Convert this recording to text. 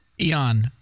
Eon